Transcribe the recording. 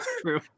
true